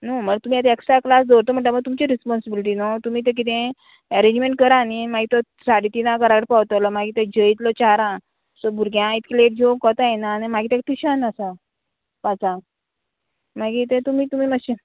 न्हू मागीर तुमी आतां एक्स्ट्रा क्लास दवरता म्हणटा मागीर तुमचे रिस्पोन्सिबिलिटी न्हू तुमी ते कितें एरेंजमेंट करा न्ही मागीर तो साडे तिनां घरा कडे पावतलो मागीर ते जेयतलो चारांक सो भुरग्यांक इतले लेट जेवंक कोता येना आनी मागीर तेका ट्युशन आसा पांचांक मागी ते तुमी तुमी मातशें